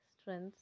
strengths